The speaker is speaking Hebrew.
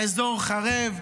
האזור חרב,